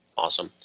awesome